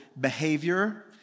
behavior